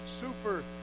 super